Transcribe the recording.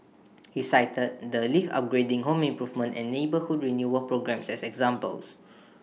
he cited the lift upgrading home improvement and neighbourhood renewal programmes as examples